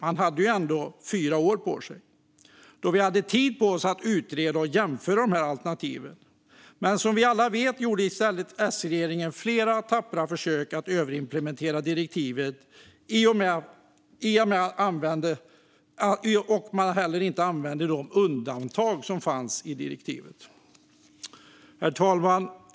Man hade ju ändå fyra år på sig. Då hade vi haft tid på oss att utreda och jämföra alternativen. Men som vi alla vet gjorde i stället S-regeringen flera tappra försök att överimplementera direktivet i och med att man inte använde de undantag som fanns i detta. Herr talman!